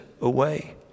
away